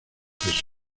proceso